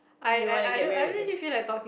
do you wanna get married though